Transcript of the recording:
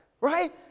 Right